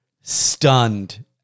stunned